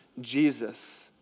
Jesus